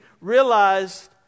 realized